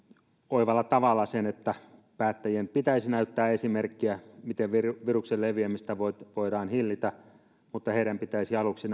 oivalla tavalla sen että päättäjien pitäisi näyttää esimerkkiä miten viruksen viruksen leviämistä voidaan hillitä mutta heidän pitäisi aluksi